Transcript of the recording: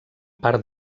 part